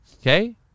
okay